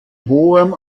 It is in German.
hohem